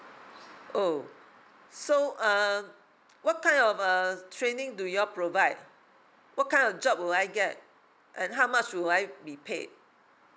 oh so uh what kind of a training do you all provide what kind of job will I get and how much will I be paid